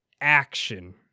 action